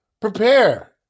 prepare